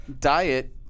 diet